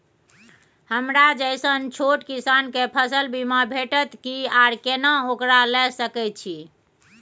हमरा जैसन छोट किसान के फसल बीमा भेटत कि आर केना ओकरा लैय सकैय छि?